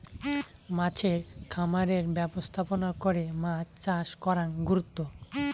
মাছের খামারের ব্যবস্থাপনা করে মাছ চাষ করাং গুরুত্ব